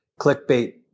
clickbait